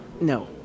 No